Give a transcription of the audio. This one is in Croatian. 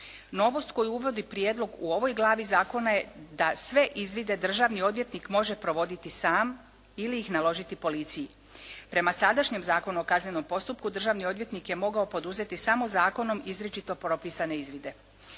Novost koju uvodi prijedlog u ovoj glavi zakona je da sve izvide državni odvjetnik može provoditi sam ili ih naložiti policiji. Prema sadašnjem Zakonu o kaznenom postupku državni odvjetnik je mogao poduzeti samo zakonom izričito propisane izvide.